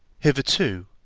hitherto,